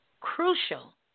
crucial